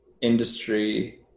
industry